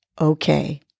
okay